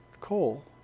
coal